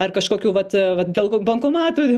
ar kažkokių vat vat dėl bankomatų